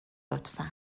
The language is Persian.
لطفا